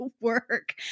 work